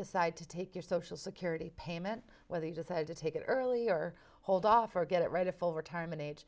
decide to take your social security payment whether you decide to take it earlier hold off or get it right a full retirement age